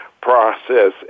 process